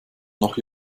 noch